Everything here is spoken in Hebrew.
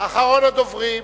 אחרון הדוברים,